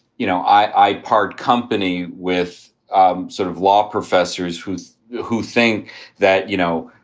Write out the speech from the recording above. you know, i part company with um sort of law professors who who think that, you know,